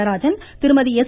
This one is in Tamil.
நடராஜன் திருமதி எஸ்